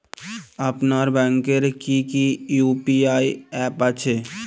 আপনার ব্যাংকের কি কি ইউ.পি.আই অ্যাপ আছে?